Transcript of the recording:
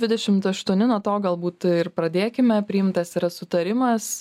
dvidešimt aštuoni nuo to galbūt ir pradėkime priimtas yra sutarimas